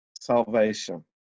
Salvation